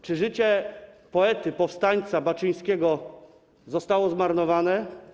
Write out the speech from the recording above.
Czy życie poety, powstańca Baczyńskiego zostało zmarnowane?